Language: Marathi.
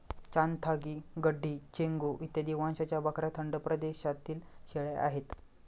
चांथागी, गड्डी, चेंगू इत्यादी वंशाच्या बकऱ्या थंड प्रदेशातील शेळ्या आहेत